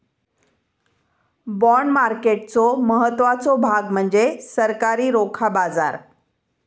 bond मार्केटचो महत्त्वाचो भाग म्हणजे सरकारी रोखा बाजार